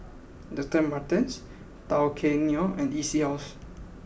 Doctor Martens Tao Kae Noi and E C House